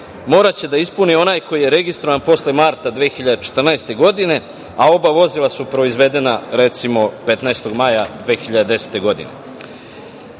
moraće da ispuni onaj koji je registrovan posle marta 2014. godine, a oba vozila su proizvedena, recimo, 15. maja 2010. godine. Pitanje